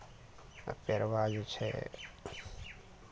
परबा जे छै